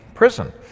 prison